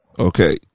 Okay